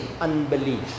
unbelief